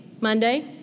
Monday